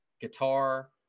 guitar